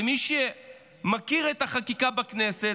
ומי שמכיר את החקיקה בכנסת,